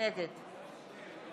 את יכולה להתרחק מהדוכן.